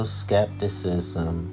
skepticism